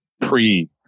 pre